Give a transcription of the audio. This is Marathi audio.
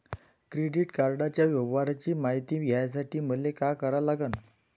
क्रेडिट कार्डाच्या व्यवहाराची मायती घ्यासाठी मले का करा लागन?